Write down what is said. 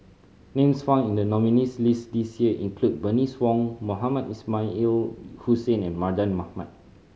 names found in the nominees' list this year include Bernice Wong Mohamed Ismail Hussain and Mardan Mamat